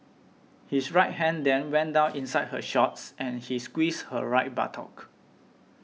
his right hand then went down inside her shorts and he squeezed her right buttock